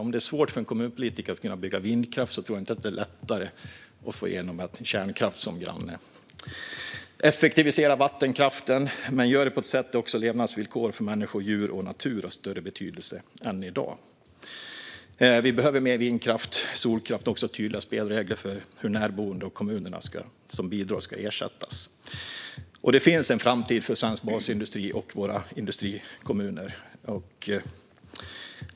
Om det är svårt för en kommunpolitiker att bygga vindkraft är det inte lättare att få igenom kärnkraft som granne. Effektivisera vattenkraften, men gör det på ett sätt där också levnadsvillkoren för människor, djur och natur har större betydelse än i dag. Vi behöver mer vindkraft och solkraft samt tydliga spelregler för hur de närboende och kommunerna som bidrar ska ersättas. Det finns en framtid för svensk basindustri och våra industrikommuner.